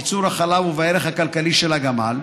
בייצור החלב ובערך הכלכלי של הגמל.